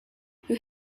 who